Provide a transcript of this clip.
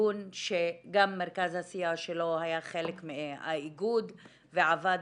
ארגון שגם מרכז הסיוע שלו היה חלק מהאיגוד ועבד